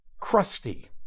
crusty